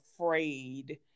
afraid